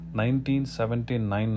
1979